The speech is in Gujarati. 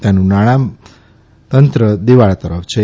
તેનું નાણાંતમત્ર દેવાળા તરફ છે